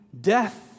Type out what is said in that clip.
death